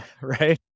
right